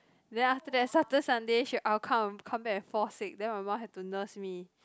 then after that Saturday Sunday she I will come come back and fall sick then my mum had to nurse me